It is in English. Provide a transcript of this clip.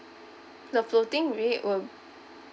the floating rate will